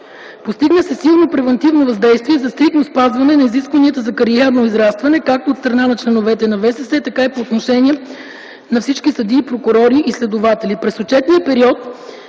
Постигна се силно превантивно въздействие за стриктно спазване на изискванията за кариерно израстване, както от страна на членовете на ВСС, така и по отношение на всички съдии, прокурори и следователи.